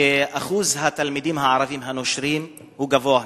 שאחוז התלמידים הערבים הנושרים הוא גבוה מאוד.